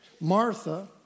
Martha